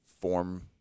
form